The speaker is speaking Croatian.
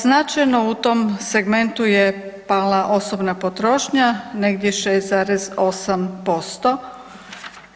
Značajno u tom segmentu je pala osobna potrošnja negdje 6,8%